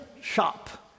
shop